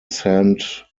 saint